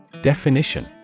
Definition